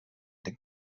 den